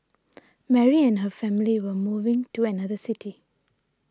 Mary and her family were moving to another city